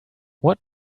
what